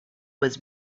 was